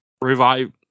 Revive